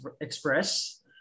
Express